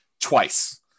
twice